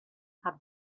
had